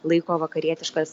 laiko vakarietiškas